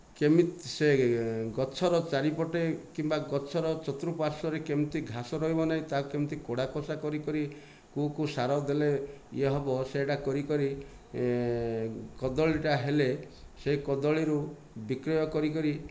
କେମିତି ସେ ଗଛର ଚାରିପଟେ କିମ୍ବା ଗଛର ଚତୁର୍ପାର୍ଶ୍ୱରେ କେମିତି ଘାସ ରହିବ ନାହିଁ ତାକୁ କେମିତି କୋଡା ଖୋସା କରିକରି କେଉଁ କେଉଁ ସାର ଦେଲେ ଇଏ ହୋବ ସେଟା କରିକରି କଦଳୀଟା ହେଲେ ସେ କଦଳୀରୁ ବିକ୍ରୟ କରିକରି